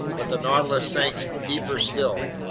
but the nautilus sank deeper still.